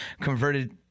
converted